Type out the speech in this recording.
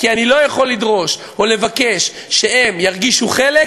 כי אני לא יכול לדרוש או לבקש שהם ירגישו חלק,